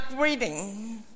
reading